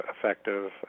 effective